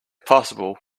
possible